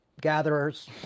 gatherers